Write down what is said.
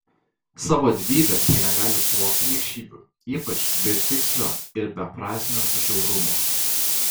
savo didybe jie negali suvokti niekšybių ypač betikslio ir beprasmio žiaurumo